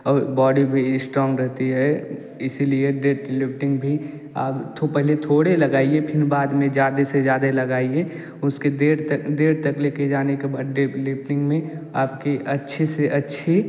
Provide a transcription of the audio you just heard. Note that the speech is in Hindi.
और बॉडी भी इस्ट्रांग रहती है इसी लिए डेडलिफ्टिंग भी आप तो पहले थोड़े लगाइए फिर बाद में ज़्यादा से ज़्यादा लगाइए उसके देर तक देर तक ले कर जाने के बाद डेडलिफ्टिंग में आपके अच्छे से अच्छे